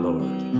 Lord